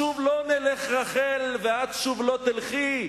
שוב לא נלך רחל, ואת שוב לא תלכי.